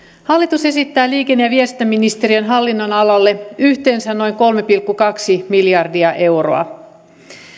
hallitus esittää liikenne ja viestintäministeriön hallinnonalalle yhteensä noin kolme pilkku kaksi miljardia euroa